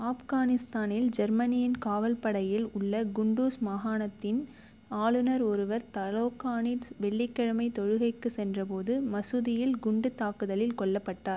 ஆப்கானிஸ்தானில் ஜெர்மனியின் காவல்படையில் உள்ள குண்டூஸ் மாகாணத்தின் ஆளுநர் ஒருவர் தலோகானில் வெள்ளிக்கிழமை தொழுகைக்கு சென்றபோது மசூதியில் குண்டுத் தாக்குதலில் கொல்லப்பட்டார்